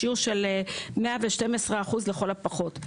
בשיעור של 112% לכל הפחות.